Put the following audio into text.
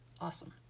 awesome